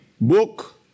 book